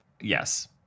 yes